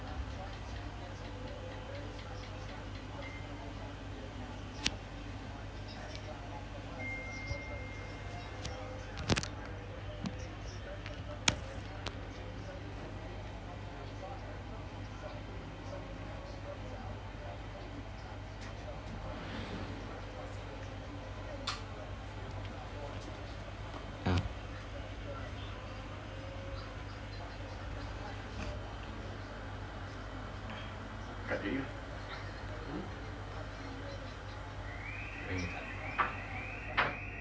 ah